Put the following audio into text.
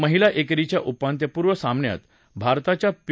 महिला एकेरीच्या उपांत्यपूर्व सामन्यात भारताच्या पी